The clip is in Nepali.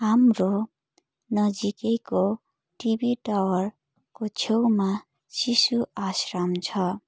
हाम्रो नजिकैको टिभी टावरको छेउमा शिशु आश्रम छ